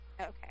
Okay